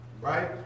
Right